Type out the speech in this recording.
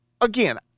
again